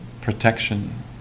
protection